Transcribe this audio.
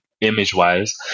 image-wise